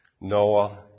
Noah